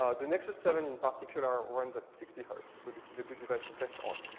ah the nexus seven in particular runs at sixty hertz, so this is a good device to test on.